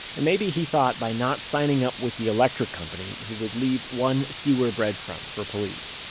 and maybe he thought by not signing up with the electric company he would leave one fewer bread crumb for police